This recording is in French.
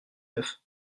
neuf